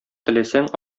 теләсәң